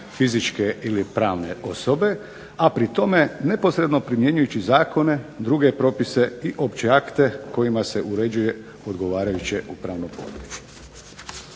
fizičke ili pravne osobe, a pri tome neposredno primjenjujući zakone i druge propise i opće akte kojima se uređuje odgovarajuće pravno područje.